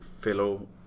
fellow